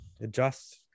adjust